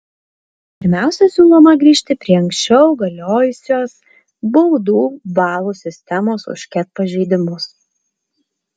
pirmiausia siūloma grįžti prie anksčiau galiojusios baudų balų sistemos už ket pažeidimus